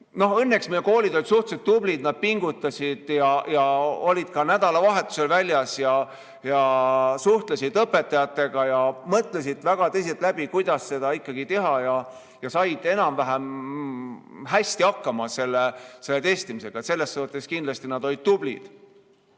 Õnneks meie koolid olid suhteliselt tublid, nad pingutasid ja olid ka nädalavahetusel väljas ja suhtlesid õpetajatega ja mõtlesid väga tõsiselt läbi, kuidas seda teha, ja said enam-vähem hästi testimisega hakkama. Selles suhtes nad olid kindlasti tublid.